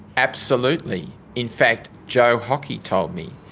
absolutely, in fact joe hockey told me.